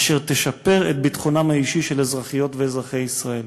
אשר תשפר את ביטחונם האישי של אזרחיות ואזרחי ישראל.